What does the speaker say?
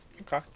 Okay